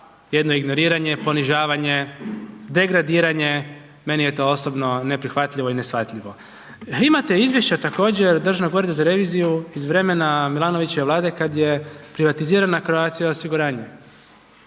jedno ignoriranje, ponižavanje, degradiranje, meni je to osobno neprihvatljivo i neshvatljivo. Imate izvješća također Državnog ureda za reviziju iz vremena Milanovićeve Vlade kada je privatizirana Croatia osiguranje.